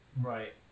Right